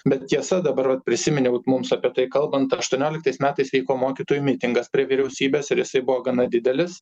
bet tiesa dabar vat prisiminiau mums apie tai kalbant aštuonioliktais metais vyko mokytojų mitingas prie vyriausybės ir jisai buvo gana didelis